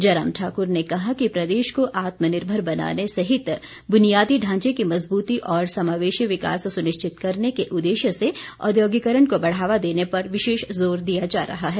जयराम ठाकुर ने कहा कि प्रदेश को आत्मनिर्भर बनाने सहित बुनियादी ढांचे की मजबूती और समावेशी विकास सुनिश्चित करने के उददेश्य से औद्योगीकरण को बढ़ावा देने पर विशेष जोर दिया जा रहा है